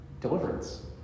deliverance